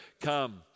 come